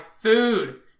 food